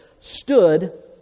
stood